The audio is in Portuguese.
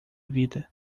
vida